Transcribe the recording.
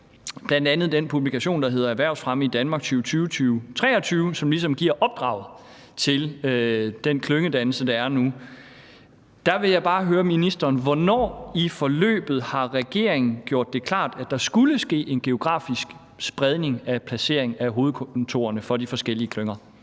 bag, bl.a. den publikation, der hedder »Erhvervsfremme i Danmark 2020-2023«, som ligesom giver opdraget til den klyngedannelse, der er nu, vil jeg bare høre ministeren: Hvornår i forløbet har regeringen gjort det klart, at der skulle ske en geografisk spredning af placeringen af hovedkontorerne for de forskellige klynger?